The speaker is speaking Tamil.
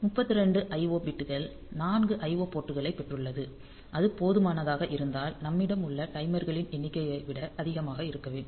32 IO பிட்கள் 4 IO போர்ட்களைப் பெற்றுள்ளது அது போதுமானதாக இருந்தால் நம்மிடம் உள்ள டைமர்களின் எண்ணிக்கையை விட அதிகமாக இருக்க வேண்டும்